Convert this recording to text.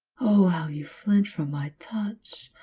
oh, how you flinch from my touch!